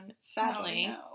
sadly